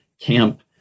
camp